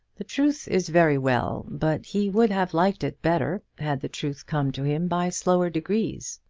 the truth is very well, but he would have liked it better had the truth come to him by slower degrees.